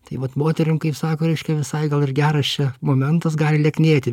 tai vat moterim kaip sako reiškia visai gal ir geras čia momentas gali lieknėti